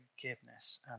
forgiveness